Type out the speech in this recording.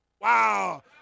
Wow